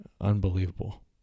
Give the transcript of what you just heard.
Unbelievable